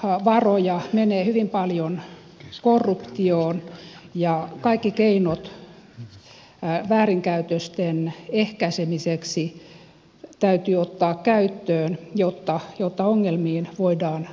kehitysapuvaroja menee hyvin paljon korruptioon ja kaikki keinot väärinkäytösten ehkäisemiseksi täytyy ottaa käyttöön jotta ongelmiin voidaan puuttua